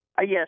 Yes